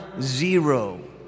zero